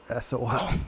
SOL